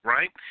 Right